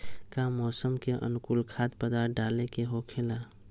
का मौसम के अनुकूल खाद्य पदार्थ डाले के होखेला?